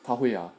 他会 ah